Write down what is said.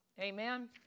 Amen